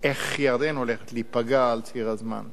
איך ירדן הולכת להיפגע על ציר הזמן,